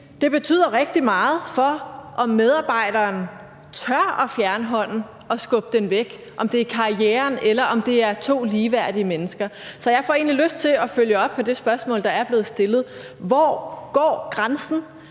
det betyder rigtig meget for, om medarbejderen tør fjerne hånden og skubbe den væk, om det er karrieren, eller om det er to ligeværdige mennesker. Så jeg får egentlig lyst til at følge op på det spørgsmål, der er blevet stillet: Hvor går grænsen?